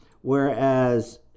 whereas